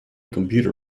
computer